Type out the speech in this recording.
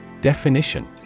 Definition